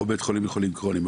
או בית חולים לחולים כרוניים,